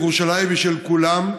ירושלים היא של כולם,